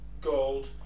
gold